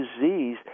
disease